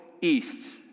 east